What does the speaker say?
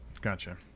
Gotcha